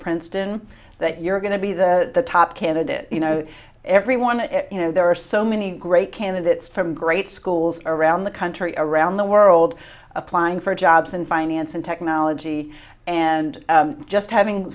princeton that you're going to be the top candidate you know everyone you know there are so many great candidates from great schools around the country around the world applying for jobs in finance and technology and just having